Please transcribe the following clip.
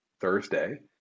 Thursday